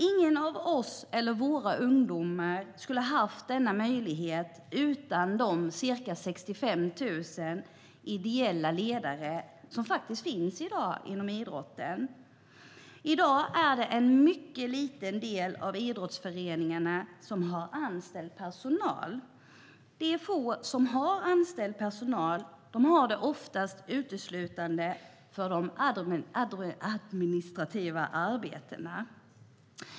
Ingen av oss eller våra ungdomar skulle ha haft denna möjlighet utan de ca 65 000 ideella ledare som finns inom idrotten. I dag är det en mycket liten del av idrottsföreningarna som har anställd personal. De få som har anställd personal har det oftast uteslutande för administrativt arbete.